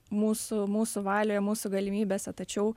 mūsų mūsų valioje mūsų galimybėse tačiau